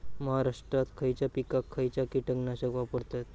महाराष्ट्रात खयच्या पिकाक खयचा कीटकनाशक वापरतत?